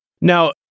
Now